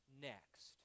next